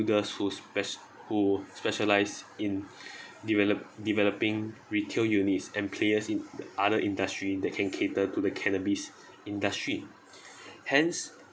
builders who spec~ who specialise in develop developing retail units and players in the other industry that can cater to the cannabis industry hence